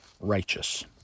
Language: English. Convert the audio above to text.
righteous